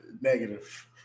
negative